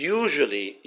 usually